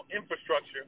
infrastructure